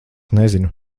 nezinu